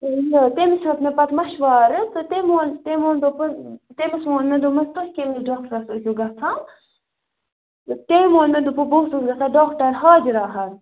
نہ تٔمِس ہیوٚت مےٚ پَتہٕ مَشوارٕ تہٕ تٔمۍ ووٚن تٔمۍ ووٚن دوٚپُکھ تٔمِس ووٚن مےٚ دوٚپمَس تُہۍ کٔمِس ڈاکٹرَس ٲسِو گژھان تٔمۍ ووٚن مےٚ دوٚپُکھ بہٕ اوسُس گژھان ڈاکٹَر حاجِراہَس